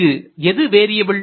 இங்கு எது வேரியபில்